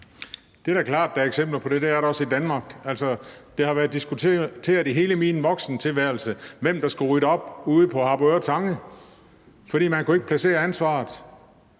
Det er da klart, at der er eksempler på det – det er der også i Danmark. Altså, det har været diskuteret i hele min voksentilværelse, hvem der skulle rydde op ude på Harboøre Tange, fordi man ikke kunne placere ansvaret.